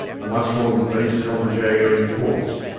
and once more the police held the jago in force,